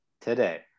today